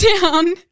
down